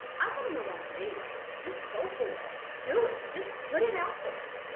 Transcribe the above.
i told him to launch it anyway. just go forward. do it. just put it out there.